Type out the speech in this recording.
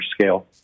scale